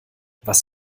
was